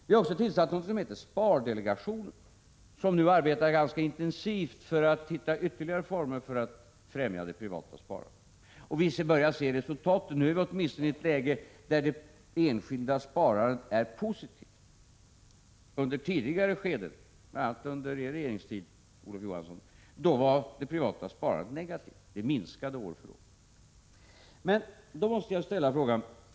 Vi har också tillsatt något som heter spardelegationen, som nu arbetar ganska intensivt för att hitta ytterligare former för att främja det privata sparandet, och vi börjar se resultat. Nu är vi åtminstone i det läget att det enskilda sparandet är positivt. Under tidigare skeden, bl.a. under er regeringstid, Olof Johansson, var det privata sparandet negativt — det minskade år från år. Då måste jag ställa en fråga.